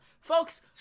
Folks